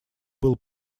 был